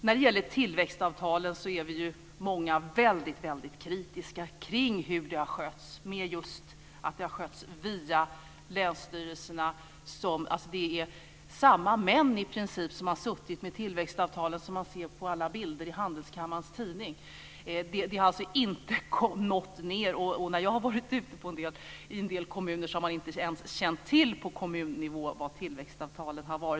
När det gäller tillväxtavtalen är vi många som är väldigt kritiska till hur de har skötts, just att de har skötts via länsstyrelserna. Det är alltså i princip samma män som har suttit med tillväxtavtalen som man ser på alla bilder i Handelskammarens tidning. I en del kommuner som jag har besökt har man på kommunnivå inte känt till innehållet i tillväxtavtalen.